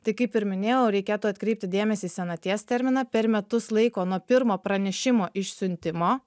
tai kaip ir minėjau reikėtų atkreipti dėmesį į senaties terminą per metus laiko nuo pirmo pranešimo išsiuntimo